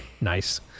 Nice